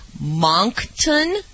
Moncton